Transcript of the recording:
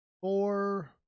four